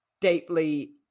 deeply